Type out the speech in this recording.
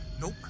nope